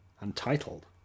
Untitled